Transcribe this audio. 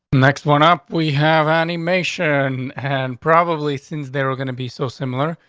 next one up, we have animation. and probably since they were going to be so similar,